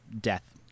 death